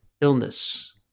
illness